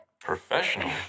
Professional